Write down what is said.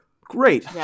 Great